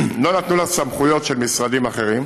לא נתנו לה סמכויות של משרדים אחרים,